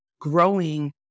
growing